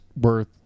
worth